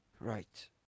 Right